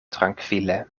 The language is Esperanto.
trankvile